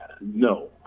no